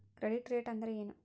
Credit rate ಅಂದರೆ ಏನು?